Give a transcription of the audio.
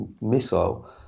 missile